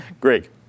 Greg